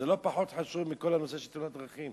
זה לא פחות חשוב מכל הנושא של תאונות דרכים,